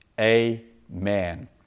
Amen